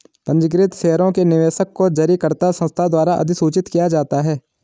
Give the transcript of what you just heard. पंजीकृत शेयरों के निवेशक को जारीकर्ता संस्था द्वारा अधिसूचित किया जाता है